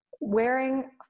wearing